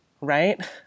right